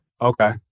Okay